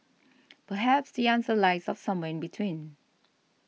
perhaps the answer lies of somewhere in between